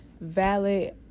valid